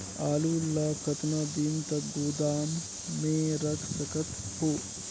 आलू ल कतका दिन तक गोदाम मे रख सकथ हों?